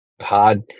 hard